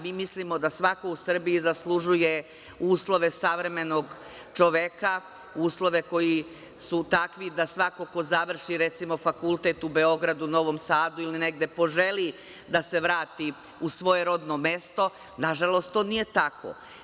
Mi mislimo da svako u Srbiji zaslužuje uslove savremenog čoveka, uslove koji su takvi da svako ko završi, recimo, fakultet u Beogradu, u Novom Sadu ili negde, poželi da se vrati u svoje rodno mesto, nažalost, to nije tako.